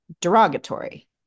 derogatory